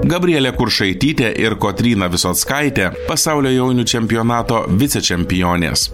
gabrielė kuršaitytė ir kotryna visockaitė pasaulio jaunių čempionato vicečempionės